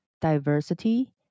diversity